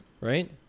right